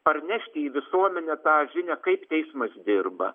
parnešti į visuomenę tą žinią kaip teismas dirba